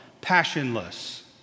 passionless